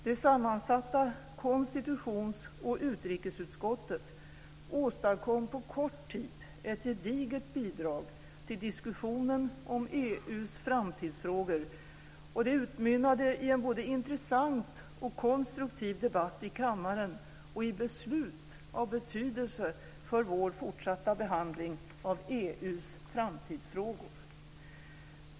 Det sammansatta konstitutions och utrikesutskottet åstadkom på kort tid ett gediget bidrag till diskussionen om EU:s framtidsfrågor, vilket utmynnade i en både intressant och konstruktiv debatt i kammaren och i beslut av betydelse för vår fortsatta behandling av EU:s framtidsfrågor.